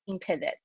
pivots